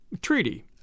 treaty